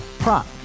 Prop